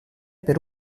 per